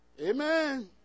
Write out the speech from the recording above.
Amen